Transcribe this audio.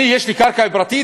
יש לי קרקע פרטית.